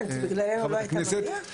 לא הבנתי, בגללנו לא היית מגיע?